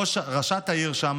ראשת העיר שם